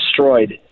destroyed